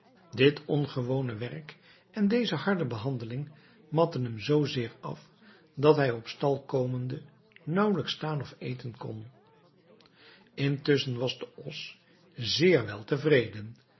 dit ongewone werk en deze harde behandeling matten hem zoo zeer af dat hij op stal komende naauwelijks staan of eten kon intusschen was de os zeer wel